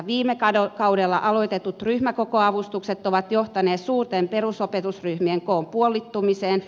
viime kaudella aloitetut ryhmäkokoavustukset ovat johtaneet suurten perusopetusryhmien koon puolittumiseen